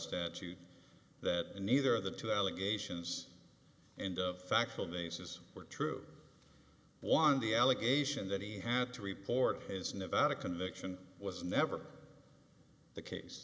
statute that neither of the two allegations and of factual basis were true one the allegation that he had to report his nevada conviction was never the case